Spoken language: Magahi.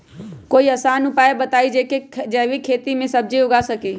कोई आसान उपाय बताइ जे से जैविक खेती में सब्जी उगा सकीं?